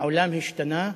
העולם השתנה,